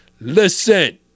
Listen